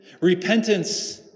repentance